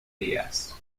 díaz